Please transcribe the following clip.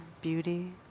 beauty